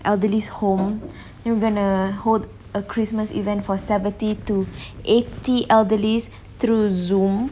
elderlies home then we're going to hold a christmas event for seventy to eighty elderlies through Zoom